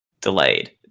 delayed